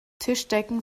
tischdecken